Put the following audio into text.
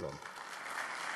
שלום.